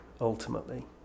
ultimately